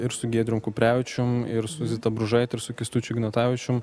ir su giedrium kuprevičium ir su zita bružaite ir su kęstučiu ignatavičium